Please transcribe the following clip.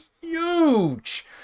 huge